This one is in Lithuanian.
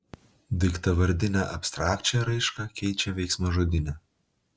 daiktavardinę abstrakčią raišką keičia veiksmažodinė